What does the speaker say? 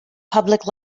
public